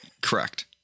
Correct